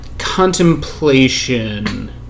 Contemplation